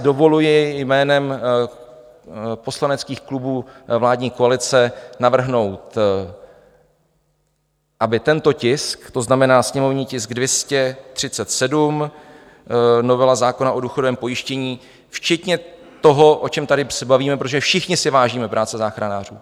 Dovoluji si jménem poslaneckých klubů vládní koalice navrhnout, aby tento tisk, to znamená sněmovní tisk 237, novela zákona o důchodovém pojištění včetně toho, o čem se tady bavíme, protože všichni si vážíme práce záchranářů.